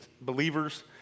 believers